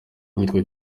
uwitwa